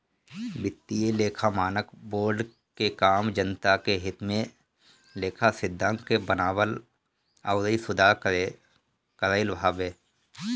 वित्तीय लेखा मानक बोर्ड के काम जनता के हित में लेखा सिद्धांत के बनावल अउरी सुधार कईल हवे